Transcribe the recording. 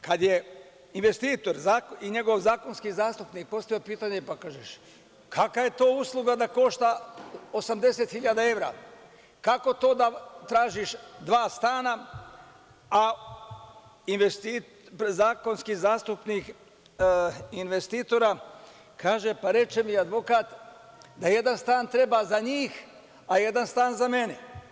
Kada je investitor i njegov zakonski zastupnik postavio pitanje, kakva je to usluga koja košta 80.000 evra, kako to da tražiš dva stana, a zakonski zastupnik investitora, kaže, pa reče mi advokat da jedan stan treba za njih, a jedan stan za mene.